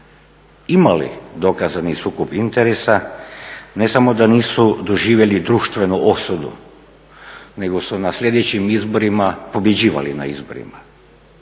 imali dokazani sukob interesa ne samo da nisu doživjeli društvenu osudu, nego su na sljedećim izborima pobjeđivali na izborima